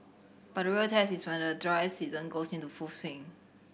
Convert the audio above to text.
but the real test is when the dry season goes into full swing